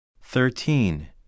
Thirteen